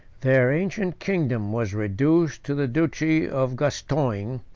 their ancient kingdom was reduced to the duchy of gascogne,